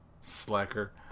Slacker